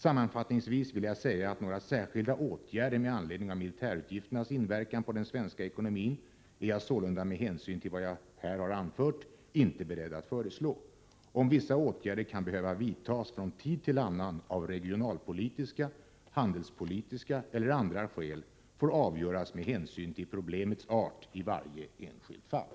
Sammanfattningsvis vill jag säga: Några särskilda åtgärder med anledning av militärutgifternas inverkan på den svenska ekonomin är jag med hänsyn till vad jag här har anfört inte beredd att föreslå. Om vissa åtgärder kan behöva vidtas från tid till annan av regionalpolitiska, handelspolitiska eller andra skäl får avgöras med hänsyn till problemens art i varje enskilt fall.